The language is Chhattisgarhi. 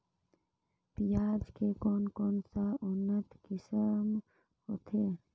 पियाज के कोन कोन सा उन्नत किसम होथे?